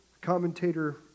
commentator